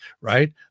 right